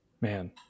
Man